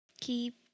keep